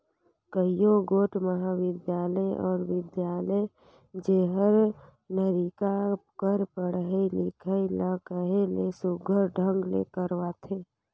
कइयो गोट महाबिद्यालय अउ बिद्यालय जेहर लरिका कर पढ़ई लिखई ल कहे ले सुग्घर ढंग ले करवाथे